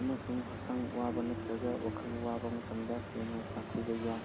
ꯑꯃꯁꯨꯡ ꯍꯛꯆꯥꯡ ꯋꯥꯕ ꯅꯠꯇ꯭ꯔꯒ ꯋꯥꯈꯜ ꯋꯥꯕ ꯃꯇꯝꯗ ꯍꯦꯟꯅ ꯁꯥꯊꯤꯕ ꯌꯥꯏ